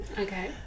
Okay